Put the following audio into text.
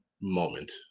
moment